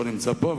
שלא נמצא פה,